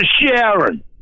Sharon